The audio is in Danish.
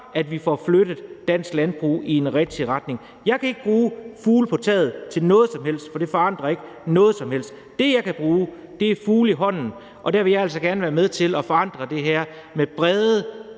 at vi får flyttet dansk landbrug i en rigtig retning. Jeg kan ikke bruge fugle på taget til noget som helst, for det forandrer ikke noget som helst. Det, jeg kan bruge, er fugle i hånden. Og der vil jeg altså gerne være med til at forandre det her med brede,